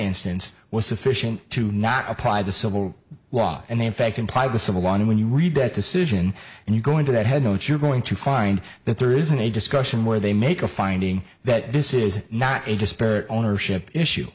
instance was sufficient to not apply the civil law and they in fact implied the civil law and when you read that decision and you go into that head note you're going to find that there isn't a discussion where they make a finding that this is not a disparate ownership issue